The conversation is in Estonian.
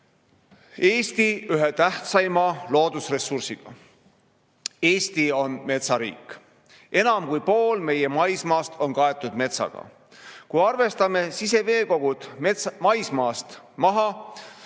Eesti ühe tähtsaima loodusressursiga. Eesti on metsariik. Enam kui pool meie maismaast on kaetud metsaga. Kui arvestame siseveekogud maismaast maha,